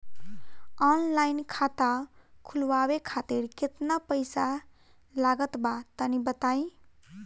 Online खाता खूलवावे खातिर केतना पईसा लागत बा तनि बताईं?